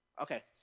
Okay